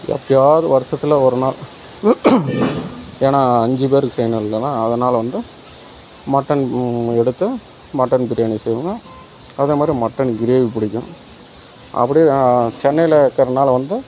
எப்பயாவது வருஷத்துல ஒரு நாள் ஏன்னால் அஞ்சு பேருக்கு செய்யணும் இல்லைனா அதனால் வந்து மட்டன் எடுத்து மட்டன் பிரியாணி செய்வோங்க அதை மாரி மட்டன் கிரேவி பிடிக்கும் அப்படியே சென்னையில் இருக்கிறனால வந்து